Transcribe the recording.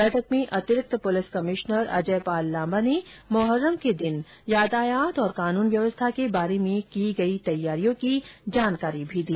बैठक में अतिरिक्त पुलिस कमीश्नर अजय पाल लाम्बा ने मोहर्रम के दिन यातायात और कानून व्यवस्था के बारे में की गई तैयारियों की जानकारी भी दी